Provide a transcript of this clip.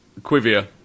Quivia